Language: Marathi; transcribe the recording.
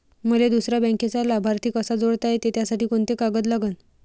मले दुसऱ्या बँकेचा लाभार्थी कसा जोडता येते, त्यासाठी कोंते कागद लागन?